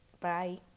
Bye